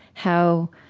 how,